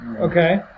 Okay